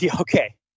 okay